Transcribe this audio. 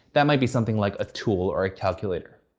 that might be something like a tool or a calculator.